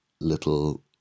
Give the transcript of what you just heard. little